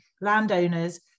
landowners